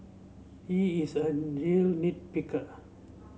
he is a real nit picker